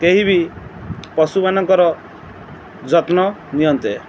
କେହିବି ପଶୁମାନଙ୍କର ଯତ୍ନ ନିଅନ୍ତେ